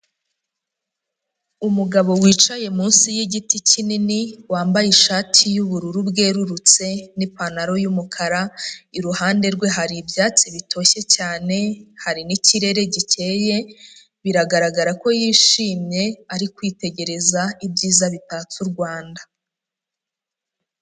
Umugabo wicaye munsi y'igiti kinini, wambaye ishati y'ubururu bwerurutse n'ipantaro y'umukara, iruhande rwe hari ibyatsi bitoshye cyane, hari n'ikirere gikeye, biragaragara ko yishimye ari kwitegereza ibyiza bitatse u Rwanda.